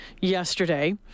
yesterday